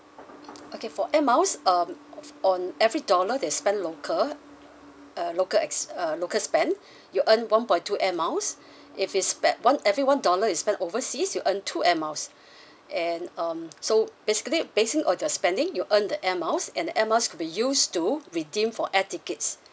okay for air miles um on every dollar they spend local err local ex~ uh local spend you earn one point two air miles if you spend one every one dollar you spend overseas you earn two air miles and um so basically basing on your spending you earn the air miles and the air miles could be used to redeem for air tickets